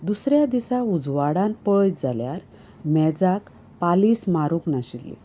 दुसऱ्या दिसा उजवाडांत पळयत जाल्यार मेजाक पालिस मारूंक नाशिल्ली